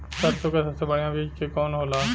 सरसों क सबसे बढ़िया बिज के कवन होला?